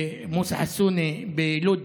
במוסא חסונה בלוד,